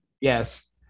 Yes